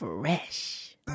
Fresh